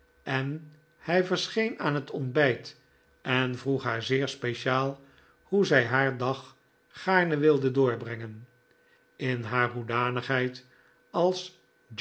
en hij verscheen aan het ontbijt en vroeg haar zeer speciaal hoe zij haar dag gaarne wilde doorbrengen in haar hoedanigheid als